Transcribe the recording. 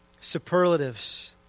superlatives